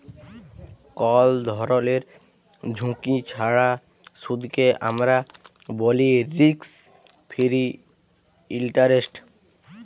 call ধরলের ঝুঁকি ছাড়া সুদকে আমরা ব্যলি রিস্ক ফিরি ইলটারেস্ট